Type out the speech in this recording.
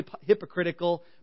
hypocritical